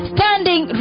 Standing